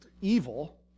evil